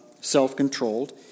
self-controlled